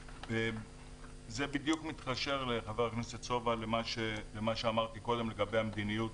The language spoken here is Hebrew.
זה בדיוק מתקשר למה שאמרתי קודם לגבי המדיניות